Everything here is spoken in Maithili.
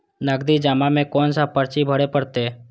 नगदी जमा में कोन सा पर्ची भरे परतें?